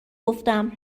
گفتم